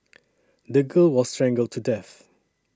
the girl was strangled to death